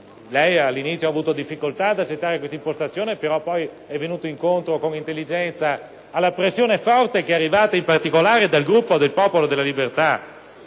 all'inizio ha avuto difficoltà ad accettare questa impostazione, ma poi è venuto incontro con intelligenza alla pressione forte che è arrivata in particolare dal Gruppo del Popolo della Libertà,